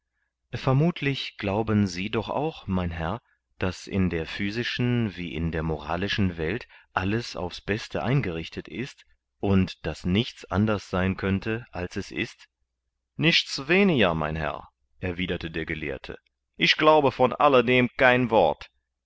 vermutlich glauben sie doch auch mein herr daß in der physischen wie in der moralischen welt alles aufs beste eingerichtet ist und daß nichts anders sein könnte als es ist nichts weniger mein herr erwiderte der gelehrte ich glaube von alle dem kein wort